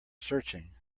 searching